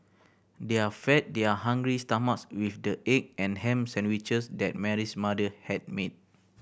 their fed their hungry stomachs with the egg and ham sandwiches that Mary's mother had made